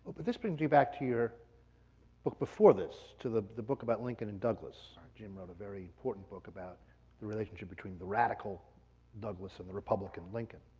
but this brings me back to your book before this, to the the book about lincoln and douglass. jim wrote a very important book about the relationship between the radical douglass and the republican lincoln.